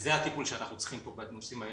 וזה הטיפול שאנחנו צריכים פה בנושאים האלה,